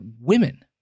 women